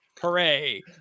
Hooray